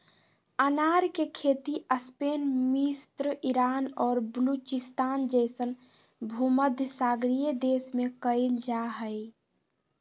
अनार के खेती स्पेन मिस्र ईरान और बलूचिस्तान जैसन भूमध्यसागरीय देश में कइल जा हइ